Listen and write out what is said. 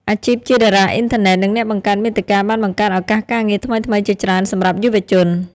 អាជីពជាតារាអុីនធឺណិត និងអ្នកបង្កើតមាតិកាបានបង្កើតឱកាសការងារថ្មីៗជាច្រើនសម្រាប់យុវជន។